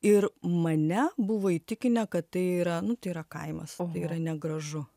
ir mane buvo įtikinę kad tai yra nu tai yra kaimas tai yra negražu